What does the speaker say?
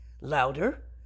louder